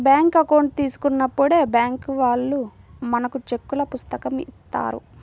bank account తీసుకున్నప్పుడే bank వాళ్ళు మనకు చెక్కుల పుస్తకం ఇత్తారు